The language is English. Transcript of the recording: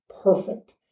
perfect